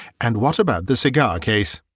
and what about the cigar-case?